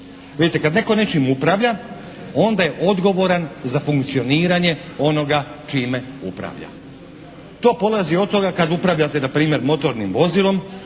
kad netko nečim upravlja onda je odgovoran za funkcioniranje onoga čime upravlja. To polazi od toga kad upravljate npr. motornim vozilom